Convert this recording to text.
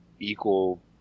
Equal